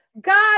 God